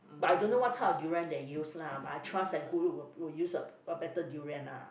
but I don't know what type of durian they use lah but I trust that Goodwood will will use a a better durian lah